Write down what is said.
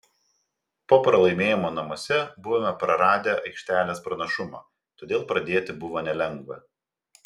po pralaimėjimo namuose buvome praradę aikštelės pranašumą todėl pradėti buvo nelengva